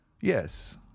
yes